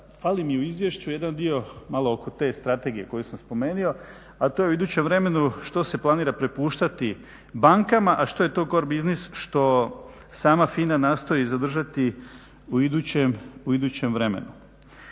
fali mi u izvješću jedan dio malo oko te strategiju koju sam spomenuo, a to je u idućem vremenu što se planira prepuštati bankama, a što je to core biznis što sama FINA nastoji zadržati u idućem vremenu.